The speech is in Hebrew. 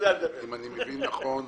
מבין נכון